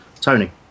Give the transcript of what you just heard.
Tony